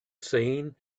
seen